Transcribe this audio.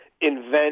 invent